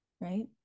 Right